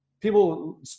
people